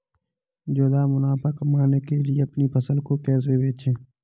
ज्यादा मुनाफा कमाने के लिए अपनी फसल को कैसे बेचें?